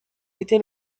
était